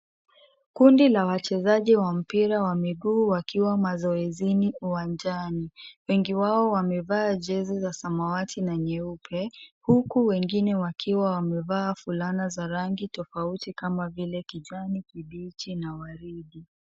Kundi la wachezaji wa mpira wa miguu wakiwa mazoezini uwanjani. Wengi wao wamevaa jezi ya samawati na nyeupe huku wengine wakiwa wamevaa fulana za rangi tofauti kama vile kijani kibichi na waridi.